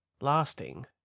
lasting